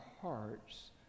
hearts